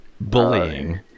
Bullying